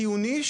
חיוני,